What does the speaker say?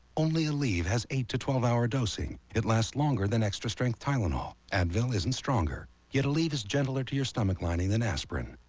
only aleve has eight to twelve hour dosing. it lasts longer than extra strength tylenol. advil isn't stronger. yet aleve is gentler to your so omach lining than aspirin.